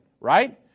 Right